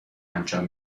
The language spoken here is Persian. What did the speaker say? انجام